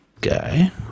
guy